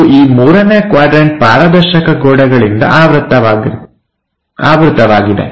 ಮತ್ತು ಈ ಮೂರನೇ ಕ್ವಾಡ್ರನ್ಟ ಪಾರದರ್ಶಕ ಗೋಡೆಗಳಿಂದ ಆವೃತ್ತವಾಗಿದೆ